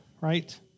right